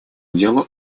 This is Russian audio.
делу